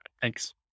Thanks